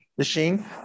machine